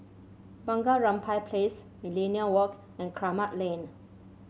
Bunga Rampai Place Millenia Walk and Kramat Lane